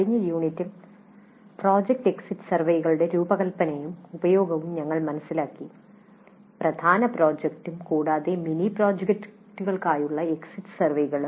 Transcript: കഴിഞ്ഞ യൂണിറ്റിൽ project exit സർവേകളുടെ രൂപകൽപ്പനയും ഉപയോഗവും ഞങ്ങൾ മനസ്സിലാക്കി പ്രധാന പ്രോജക്ടും കൂടാതെ മിനി പ്രോജക്റ്റുകൾക്കായുള്ള എക്സിറ്റ് സർവേകളും